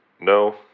No